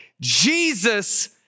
Jesus